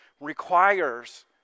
requires